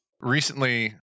Recently